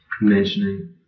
mentioning